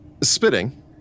Spitting